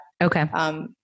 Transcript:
Okay